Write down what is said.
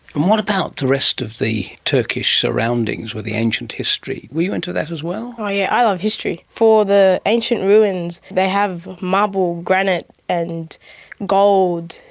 and what about the rest of the turkish surroundings with the ancient history? where you into that as well? yeah i love history. for the ancient ruins they have marble, granite and gold,